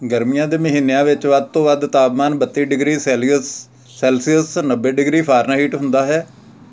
ਗਰਮੀਆਂ ਦੇ ਮਹੀਨਿਆਂ ਵਿੱਚ ਵੱਧ ਤੋਂ ਵੱਧ ਤਾਪਮਾਨ ਬੱਤੀ ਡਿਗਰੀ ਸੈਲੀਅਸ ਸੈਲਸੀਅਸ ਨੱਬੇ ਡਿਗਰੀ ਫਾਰਨਹੀਟ ਹੁੰਦਾ ਹੈ